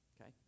Okay